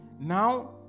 Now